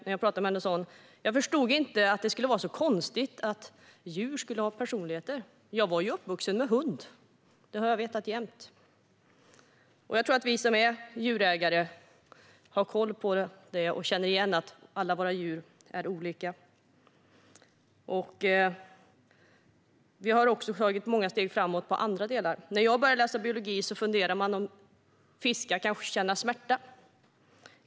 När jag pratade med henne sa hon att hon inte förstod att det skulle vara så konstigt att djur har personligheter, för hon var uppväxt med hund och hade vetat det jämt. Jag tror att vi som är djurägare har koll på detta och känner igen att alla våra djur är olika. Vi har tagit många steg framåt också i andra delar. När jag började läsa biologi funderade man på om fiskar kan känna smärta.